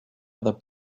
other